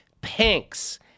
Pinks